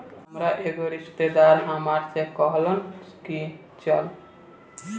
हामार एगो रिस्तेदार हामरा से कहलन की चलऽ